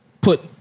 Put